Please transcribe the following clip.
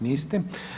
Niste?